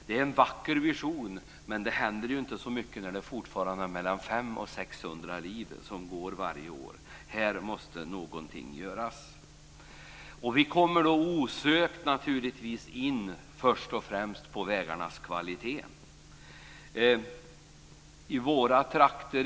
Det är en vacker vision. Men det händer inte så mycket när det fortfarande är mellan 500 och 600 liv som går varje år. Här måste någonting göras. Vi kommer först och främst osökt in på vägarnas kvalitet.